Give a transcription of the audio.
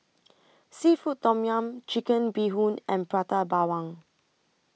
Seafood Tom Yum Chicken Bee Hoon and Prata Bawang